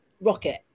rocket